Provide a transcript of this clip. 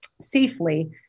safely